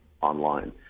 online